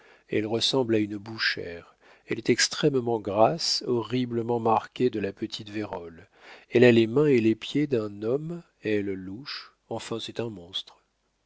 elle ressemble à une bouchère elle est extrêmement grasse horriblement marquée de la petite vérole elle a les mains et les pieds d'un homme elle louche enfin c'est un monstre